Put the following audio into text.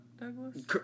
Douglas